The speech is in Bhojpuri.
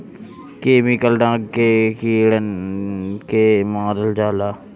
केमिकल डाल के कीड़न के मारल जाला